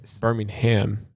Birmingham